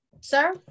Sir